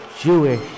Jewish